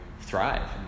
thrive